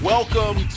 Welcome